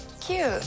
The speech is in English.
cute